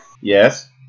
Yes